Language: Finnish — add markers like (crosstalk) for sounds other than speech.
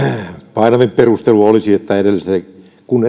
painavin perustelu olisi että kun (unintelligible)